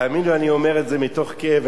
תאמינו, אני אומר את זה מתוך כאב.